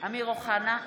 אמיר אוחנה,